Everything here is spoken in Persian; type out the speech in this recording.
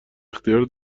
اختیار